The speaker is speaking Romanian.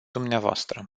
dvs